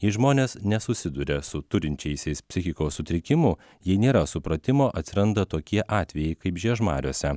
jei žmonės nesusiduria su turinčiaisiais psichikos sutrikimų jei nėra supratimo atsiranda tokie atvejai kaip žiežmariuose